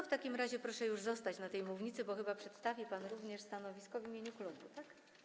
W takim razie proszę już zostać na tej mównicy, bo chyba przedstawi pan również stanowisko w imieniu klubu, tak?